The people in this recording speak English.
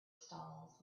stalls